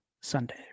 Sunday